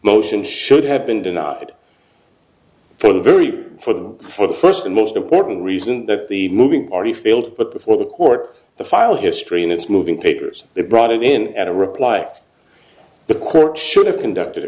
motion should have been denied for the very for the for the first and most important reason that the moving already failed but before the court the file history in its moving papers they brought in at a reply the court should have conducted a